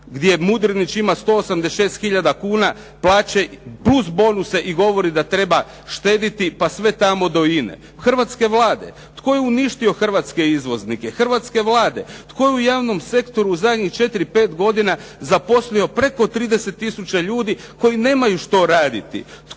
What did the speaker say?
gdje Mudriniić ima 186 tisuća plaće plus bonuse i govori da treba štediti, pa sve tako do INA-e? hrvatske Vlade. Tko je uništio hrvatske izvoznike? Hrvatske Vlade. Tko je u javnom sektoru u zadnjih 4, 5 godina zaposlio preko 30 tisuća ljudi koji nemaju što raditi?